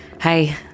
Hey